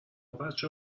بچه